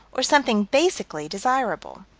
or something basically desirable.